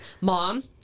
Mom